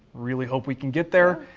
really hope we can get there.